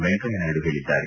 ವೆಂಕಯ್ಯನಾಯ್ತು ಹೇಳಿದ್ದಾರೆ